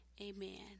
Amen